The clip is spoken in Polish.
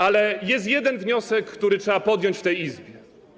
Ale jest jeden wniosek, temat, który trzeba podjąć w tej Izbie.